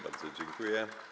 Bardzo dziękuję.